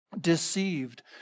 deceived